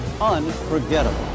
unforgettable